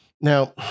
Now